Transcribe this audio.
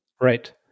Right